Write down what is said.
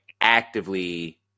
actively